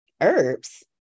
Herbs